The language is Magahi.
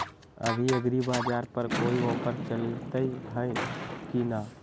अभी एग्रीबाजार पर कोई ऑफर चलतई हई की न?